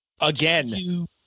again